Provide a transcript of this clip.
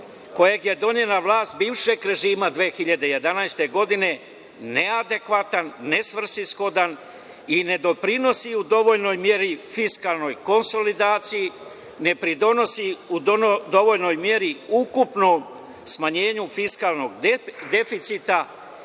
kojeg je donela vlast bivšeg režima 2011. godine, neadekvatan, nesvrsishodna i ne doprinosi u dovoljnoj meri fiskalnoj konsolidaciji, ne pridonosi u dovoljnoj meri ukupnom smanjenju fiskalnog deficita